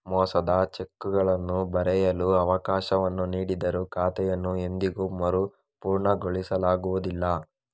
ಮೋಸದ ಚೆಕ್ಗಳನ್ನು ಬರೆಯಲು ಅವಕಾಶವನ್ನು ನೀಡಿದರೂ ಖಾತೆಯನ್ನು ಎಂದಿಗೂ ಮರುಪೂರಣಗೊಳಿಸಲಾಗುವುದಿಲ್ಲ